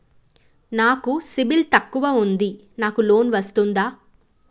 నాకు సిబిల్ తక్కువ ఉంది నాకు లోన్ వస్తుందా?